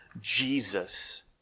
Jesus